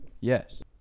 Yes